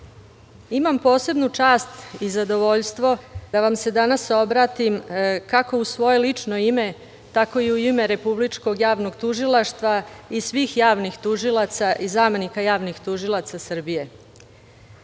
imam posebnu čast i zadovoljstvo da vam se danas obratim, kako u svoje lično ime, tako i u ime Republičkog javnog tužilaštva i svih javnih tužilaca i zamenika javnih tužilaca Srbije. Biti